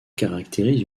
caractérise